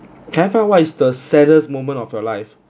can I find what is the saddest moment of your life